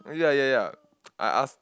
yeah yeah yeah I asked